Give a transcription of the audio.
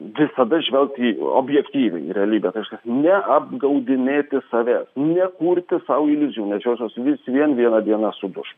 visada žvelgt į objektyviai į realybę reiškias neapgaudinėti savęs nekurti sau iliuzijų nes josios vis vien vieną dieną suduš